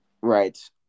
Right